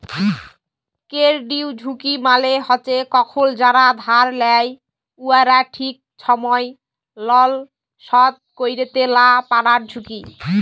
credit ঝুঁকি মালে হছে কখল যারা ধার লেয় উয়ারা ঠিক ছময় লল শধ ক্যইরতে লা পারার ঝুঁকি